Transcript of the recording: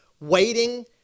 Waiting